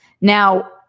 Now